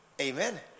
amen